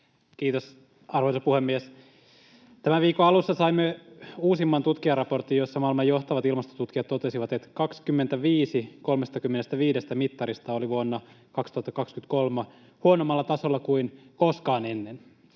Kiitos, arvoisa puhemies! Tämän viikon alussa saimme uusimman tutkijaraportin, jossa maailman johtavat ilmastotutkijat totesivat, että 35 mittarista 25 oli vuonna 2023 huonommalla tasolla kuin koskaan ennen.